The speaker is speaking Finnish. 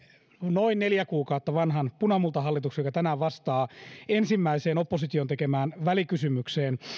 noin neljä kuukautta vanhan punamultahallituksen joka tänään vastaa ensimmäiseen opposition tekemään välikysymykseen